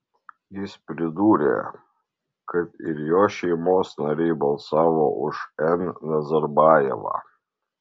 jis pridūrė kad ir jo šeimos nariai balsavo už n nazarbajevą